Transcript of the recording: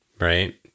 right